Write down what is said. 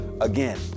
again